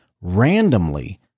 randomly